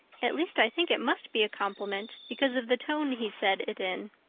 at least i think it must be a compliment because of the tone he said it in.